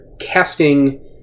casting